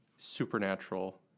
Supernatural